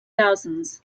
thousands